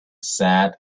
sad